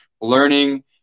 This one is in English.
learning